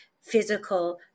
physical